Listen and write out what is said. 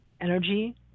energy